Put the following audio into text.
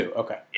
okay